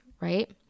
right